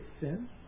sin